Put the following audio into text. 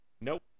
Nope